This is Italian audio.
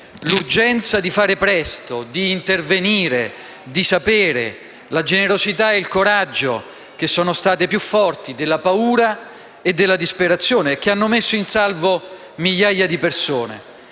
l'urgenza di fare presto, di intervenire e di sapere, nonché la generosità e il coraggio che sono stati più forti della paura e della disperazione, e che hanno messo in salvo migliaia di persone.